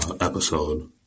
episode